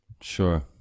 sure